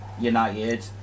United